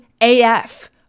AF